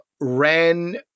Ran